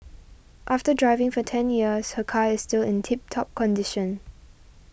after driving for ten years her car is still in tip top condition